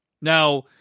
Now